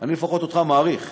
אני לפחות אותך מעריך.